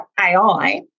AI